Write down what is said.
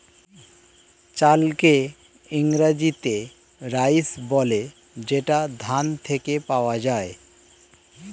চালকে ইংরেজিতে রাইস বলে যেটা ধান থেকে পাওয়া যায়